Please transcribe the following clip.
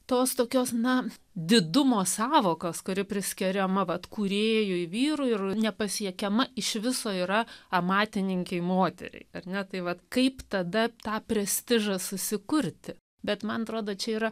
tos tokios na didumo sąvokos kuri priskiriama vat kūrėjui vyrui ir nepasiekiama iš viso yra amatininkei moteriai ar ne tai vat kaip tada tą prestižą susikurti bet man atrodo čia yra